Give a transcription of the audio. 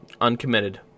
uncommitted